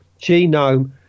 genome